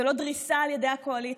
ולא דריסה על ידי הקואליציה.